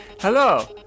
hello